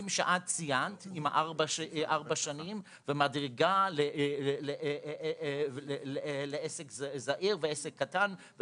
שאת ציינת עם 4 שנים ומדרגה לעסק זעיר ועסק קטן.